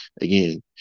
Again